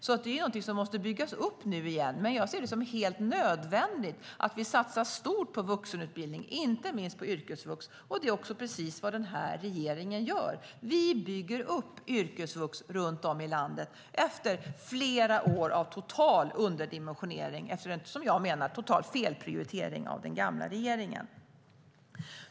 Det är alltså någonting som måste byggas upp igen, och jag ser det som helt nödvändigt att vi satsar stort på vuxenutbildning - inte minst på yrkesvux. Det är också precis vad den här regeringen gör. Vi bygger upp yrkesvux runt om i landet efter flera år av total underdimensionering på grund av det jag menar var en total felprioritering från den tidigare regeringen.